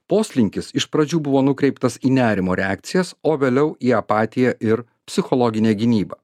poslinkis iš pradžių buvo nukreiptas į nerimo reakcijas o vėliau į apatiją ir psichologinę gynybą